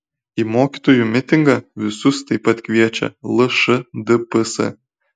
į mokytojų mitingą visus taip pat kviečia lšdps